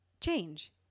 change